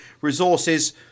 resources